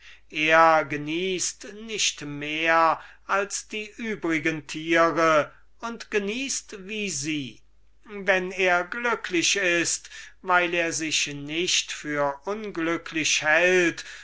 er genießt nicht mehr als die übrigen tiere und genießt wie sie wenn er glücklich ist weil er sich nicht für unglücklich hält